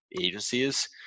agencies